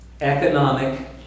Economic